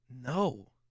No